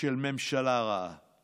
של ממשלה רעה.